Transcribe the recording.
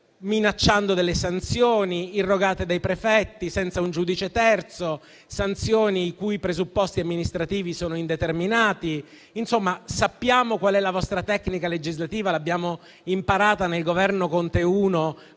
minacciando sanzioni irrogate dai prefetti senza un giudice terzo, sanzioni i cui presupposti amministrativi sono indeterminati. Insomma, sappiamo qual è la vostra tecnica legislativa. L'abbiamo imparata nel Governo Conte 1,